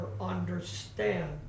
understand